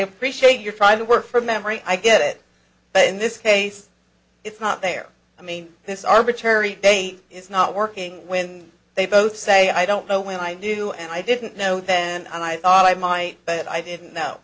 appreciate your trying to work from memory i get it but in this case it's not there i mean this arbitrary date is not working when they both say i don't know when i do and i didn't know then i thought i might but i didn't know